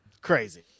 crazy